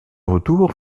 retour